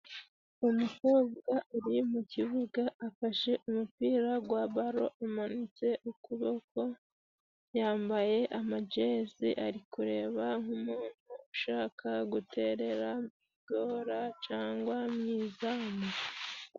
Umukobwa uri mu kibuga afashe umupira gwa balo， amanitse ukuboko， yambaye ama jezi， ari kureba nk' umuntu ushaka guterera gora cyangwa mu izamu.